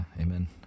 Amen